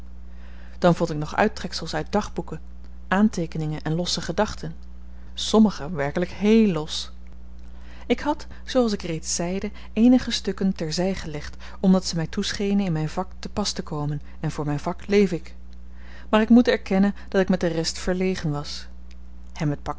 dan vond ik nog uittreksels uit dagboeken aanteekeningen en losse gedachten sommigen werkelyk heel los ik had zooals ik reeds zeide eenige stukken ter zy gelegd omdat ze my toeschenen in myn vak te pas te komen en voor myn vak leef ik maar ik moet erkennen dat ik met de rest verlegen was hem het pak